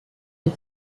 est